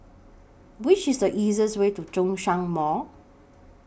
Which IS The easiest Way to Zhongshan Mall